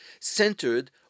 centered